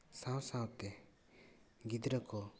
ᱥᱟᱶ ᱥᱟᱶᱛᱮ ᱜᱤᱫᱽᱨᱟᱹ ᱠᱚ